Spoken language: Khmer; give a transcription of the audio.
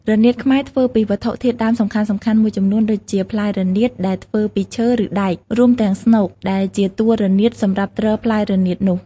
រនាតខ្មែរធ្វើពីវត្ថុធាតុដើមសំខាន់ៗមួយចំនួនដូចជា ផ្លែរនាតដែលធ្វើពីឈើឬដែក រួមទាំងស្នូកដែលជាតួរនាតសម្រាប់ទ្រផ្លែរនាតនោះ។